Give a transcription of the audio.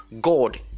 God